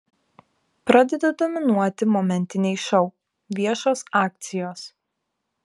pradeda dominuoti momentiniai šou viešos akcijos